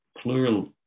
plural